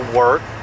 work